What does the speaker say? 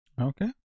Okay